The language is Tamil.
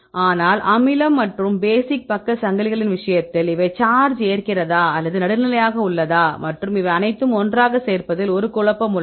ஆனால் அமில மற்றும் பேசிக் பக்க சங்கிலிகளின் விஷயத்தில் இவை சார்ஜ் ஏற்கிறதா அல்லது நடுநிலையாக உள்ளதா மற்றும் இவை அனைத்தையும் ஒன்றாக சேர்ப்பதில் ஒரு குழப்பம் உள்ளது